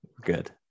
good